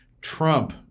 Trump